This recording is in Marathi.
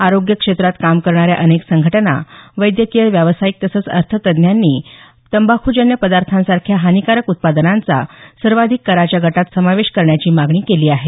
आरोग्य क्षेत्रात काम करणाऱ्या अनेक संघटना वैद्यकीय व्यावसायिक तसंच अर्थतज्ज्ञांनी तंबाखूजन्य पदार्थांसारख्या हानिकारक उत्पादनांचा सर्वाधिक कराच्या गटात समावेश करण्याची मागणी केली आहे